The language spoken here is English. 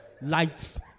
light